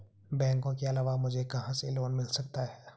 बैंकों के अलावा मुझे कहां से लोंन मिल सकता है?